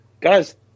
Guys